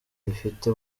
rifite